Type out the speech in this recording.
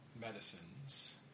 medicines